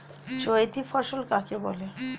চৈতি ফসল কাকে বলে?